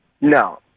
No